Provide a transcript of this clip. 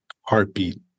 heartbeat